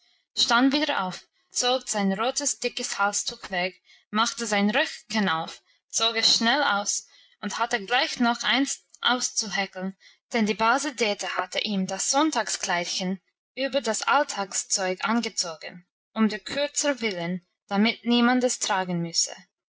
stand wieder auf zog sein rotes dickes halstuch weg machte sein röckchen auf zog es schnell aus und hatte gleich noch eins auszuhäkeln denn die base dete hatte ihm das sonntagskleidchen über das alltagszeug angezogen um der kürze willen damit niemand es tragen müsse